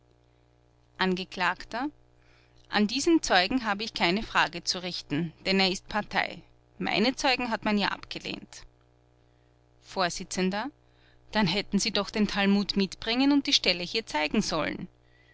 angekl an diesen zeugen habe ich keine frage zu richten denn er ist partei meine zeugen hat man ja abgelehnt vors dann hätten sie doch den talmud mitbringen und die stelle hier zeigen sollen